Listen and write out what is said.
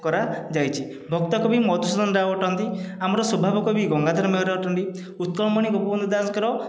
କରାଯାଇଛି ଭକ୍ତ କବି ମଧୁସୂଦନ ରାଓ ଅଟନ୍ତି ଆମର ସ୍ଵଭାବ କବି ଗଙ୍ଗାଧର ମେହେର ଅଟନ୍ତି ଉତ୍କଳମଣି ଗୋପବନ୍ଧୁ ଦାସଙ୍କର